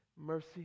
Mercy